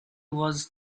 was